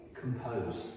composed